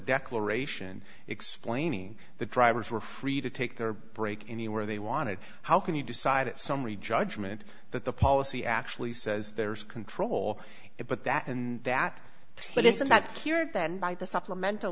declaration explaining the drivers were free to take their break anywhere they wanted how can you decide a summary judgment that the policy actually says there's control it but that and that but isn't that here then by the supplemental